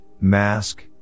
mask